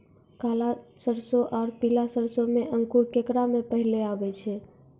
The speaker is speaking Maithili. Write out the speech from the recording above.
काला सरसो और पीला सरसो मे अंकुर केकरा मे पहले आबै छै?